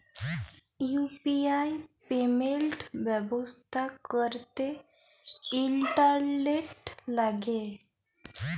UPI payment ব্যবস্থা ক্যরতে internet ল্যাগে